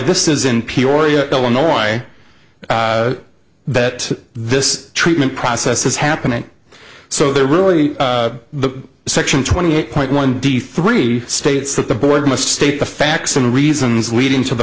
this is in peoria illinois that this treatment process is happening so there really the section twenty eight point one d three states that the board must state the facts and reasons leading to the